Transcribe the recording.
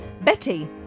Betty